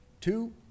two